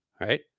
Right